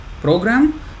program